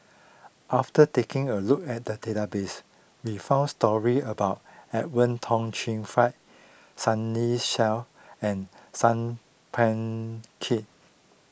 after taking a look at the database we found stories about Edwin Tong Chun Fai Sunny Sia and Sat Pal